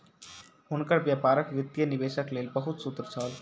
हुनकर व्यापारक वित्तीय निवेशक लेल बहुत सूत्र छल